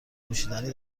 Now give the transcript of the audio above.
نوشیدنی